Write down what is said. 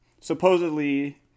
supposedly